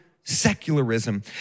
secularism